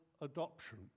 adoption